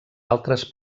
altres